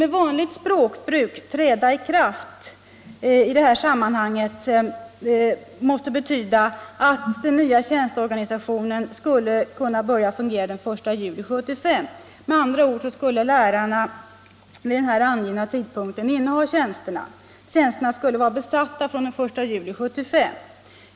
Med vanligt språkbruk borde ”träda i kraft” i det här sammanhanget betyda att den nya tjänsteorganisationen skulle börja fungera den 1 juli 1975. Med andra ord: lärarna borde vid den angivna tidpunkten inneha tjänsterna. Tjänsterna skulle vara besatta från den 1 juli 1975.